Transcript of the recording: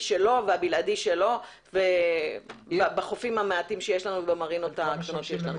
שלו והבלעדי שלו בחופים המעטים שיש לנו במרינות הקטנות שלנו.